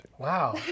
Wow